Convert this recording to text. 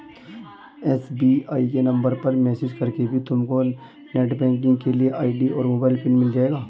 SBI के number पर message करके भी तुमको नेटबैंकिंग के लिए आई.डी और मोबाइल पिन मिल जाएगा